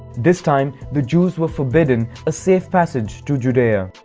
this time, the jews were forbidden a safe passage to judea.